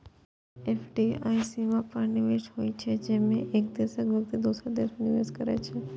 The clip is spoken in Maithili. एफ.डी.आई सीमा पार निवेश होइ छै, जेमे एक देशक व्यक्ति दोसर देश मे निवेश करै छै